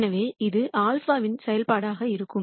எனவே இது α வின் செயல்பாடாக இருக்கும்